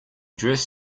dress